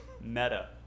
Meta